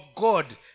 God